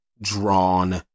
drawn